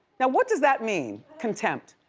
now, what does that mean, contempt?